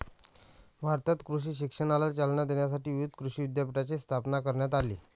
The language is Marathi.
भारतात कृषी शिक्षणाला चालना देण्यासाठी विविध कृषी विद्यापीठांची स्थापना करण्यात आली